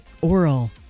oral